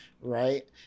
right